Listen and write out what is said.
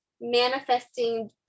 manifesting